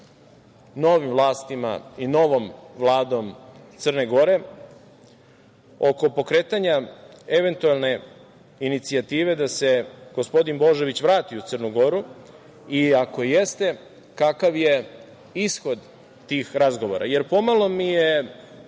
novim vlastima i novom vladom Crne Gore oko pokretanja eventualne inicijative da se gospodin Božović vrati u Crnu Goru i ako jeste, kakav je ishod tih razgovora? Jer, pomalo mi je